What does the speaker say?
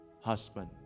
husband